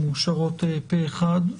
הן מאושרות פה אחד.